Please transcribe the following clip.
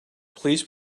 please